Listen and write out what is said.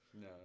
No